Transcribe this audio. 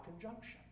conjunction